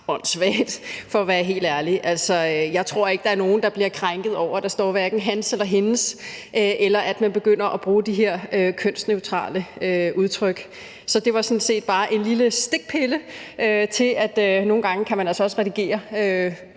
åndssvagt for at være helt ærlig. Altså, jeg tror ikke, der er nogen, der bliver krænket over, at der står »hans« eller »hendes«, eller at man begynder at bruge de her kønsneutrale udtryk. Så det var sådan set bare en lille stikpille om, at man altså nogle gange godt kan redigere